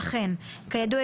לכן: "כידוע,